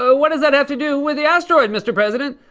so what does that have to do with the asteroid, mr. president?